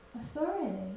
authority